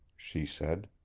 she said.